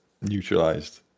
neutralized